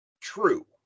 true